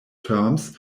terms